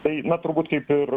tai na turbūt kaip ir